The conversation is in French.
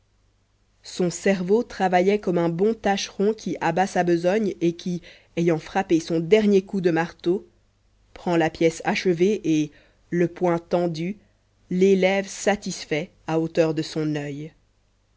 son cerveau travaillait comme un bon tâcheron qui abat sa besogne et qui ayant frappé son dernier coup de marteau prend la pièce achevée et le poing tendu l'élève satisfait à hauteur de son oeil